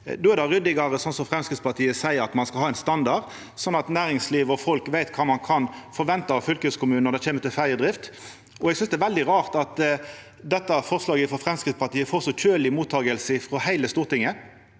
Då er det ryddigare, slik som Framstegspartiet seier, at ein skal ha ein standard slik at næringsliv og folk veit kva ein kan forvente av fylkeskommunen når det kjem til ferjedrift. Eg synest det er veldig rart at dette forslaget frå Framstegspartiet får så kjølig mottaking frå heile Stortinget.